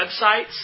websites